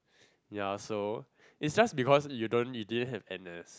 ya so is just because you don't you didn't have N_S